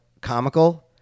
comical